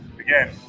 again